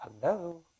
Hello